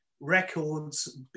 records